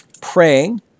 praying